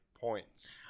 points